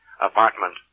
apartment